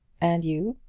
and you?